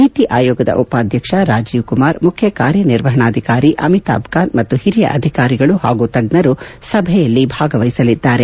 ನೀತಿ ಆಯೋಗದ ಉಪಾಧ್ಯಕ್ಷ ರಾಜೀವ್ ಕುಮಾರ್ ಮುಖ್ಯ ಕಾರ್ಯನಿರ್ವಹಣಾಧಿಕಾರಿ ಅಮಿತಾಬ್ ಕಾಂತ್ ಮತ್ತು ಓರಿಯ ಅಧಿಕಾರಿಗಳು ಹಾಗೂ ತಜ್ಜರು ಸಭೆಯಲ್ಲಿ ಭಾಗವಹಿಸಲಿದ್ದಾರೆ